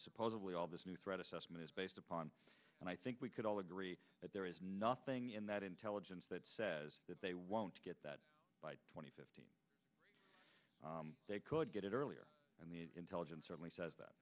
supposedly all this new threat assessment is based upon and i think we could all agree that there is nothing in that intelligence that says that they won't get that twenty five they could get it earlier in the intelligence certainly says that